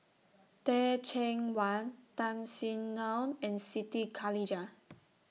Teh Cheang Wan Tan Sin Aun and Siti Khalijah